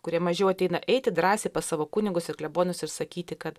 kurie mažiau ateina eiti drąsiai pas savo kunigus ir klebonus ir sakyti kad